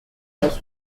was